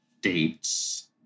dates